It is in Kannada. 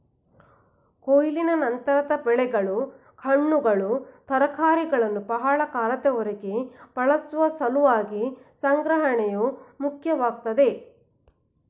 ಕೊಯ್ಲಿನ ನಂತರ ಬೆಳೆಗಳು ಹಣ್ಣುಗಳು ತರಕಾರಿಗಳನ್ನು ಬಹಳ ಕಾಲದವರೆಗೆ ಬಳಸುವ ಸಲುವಾಗಿ ಸಂಗ್ರಹಣೆಯು ಮುಖ್ಯವಾಗ್ತದೆ